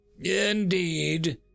Indeed